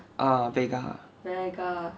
err vega ah